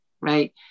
right